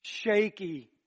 shaky